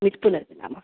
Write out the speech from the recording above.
पुनर्मिलामः